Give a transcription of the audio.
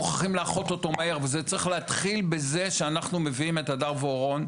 צריך לאחות אותו מהר וזה צריך להתחיל בזה שאנחנו מביאים את הדר ואורון,